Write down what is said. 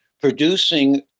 producing